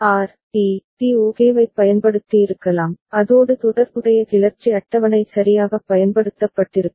R D D ஓகேவைப் பயன்படுத்தியிருக்கலாம் அதோடு தொடர்புடைய கிளர்ச்சி அட்டவணை சரியாகப் பயன்படுத்தப்பட்டிருக்கும்